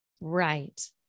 Right